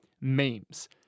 memes